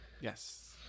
Yes